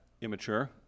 immature